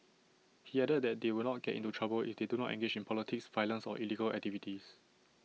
he added that they would not get into trouble if they do not engage in politics violence or illegal activities